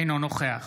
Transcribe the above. אינו נוכח